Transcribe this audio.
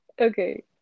Okay